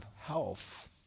health